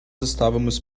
estávamos